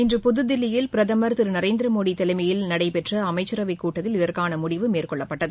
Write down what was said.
இன்று புதுதில்லியில் பிரதமர் திரு நரேந்திரமோடி தலைமையில் அமைக்கப்பட்ட அமைச்சரவைக் கூட்டத்தில் இதற்கான முடிவு மேற்கொள்ளப்பட்டது